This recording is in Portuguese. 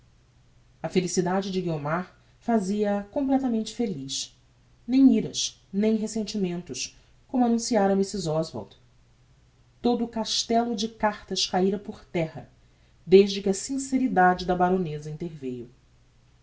a felicidade de guiomar fazia a completamente feliz nem iras nem resentimentos como annunciara mrs oswald todo o castello de cartas caíra por terra desde que a sinceridade da baroneza interveiu